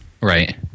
Right